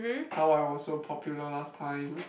how I was so popular last time